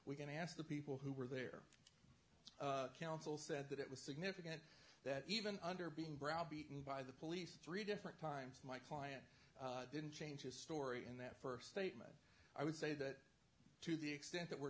we can ask the people who were there counsel said that it was significant that even under being browbeaten by the police three different times my client didn't change his story in that st statement i would say that to the extent that we